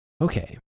Okay